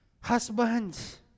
husbands